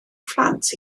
phlant